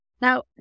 Now